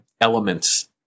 elements